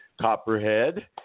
Copperhead